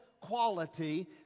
quality